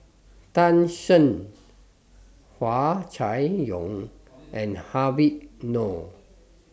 Tan Shen Hua Chai Yong and Habib Noh